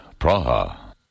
Praha